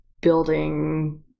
building